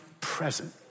present